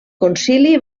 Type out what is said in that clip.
concili